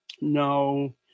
No